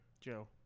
Joe